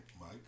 mike